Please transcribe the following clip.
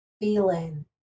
feeling